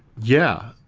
yeah.